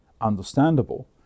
understandable